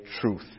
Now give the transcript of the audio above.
truth